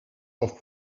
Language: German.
auf